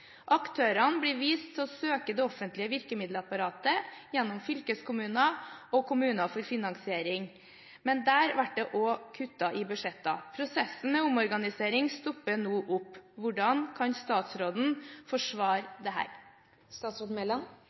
Aktørane vert vist til å søka det offentlege verkemiddelapparatet gjennom fylkeskommunar og kommunar for finansiering, men der vert det òg kutta i budsjetta. Prosessen med omorganisering stoppar no opp. Korleis kan statsråden